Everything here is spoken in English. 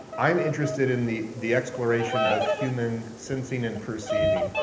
i'm interested in the the exploration of human sensing and perceiving.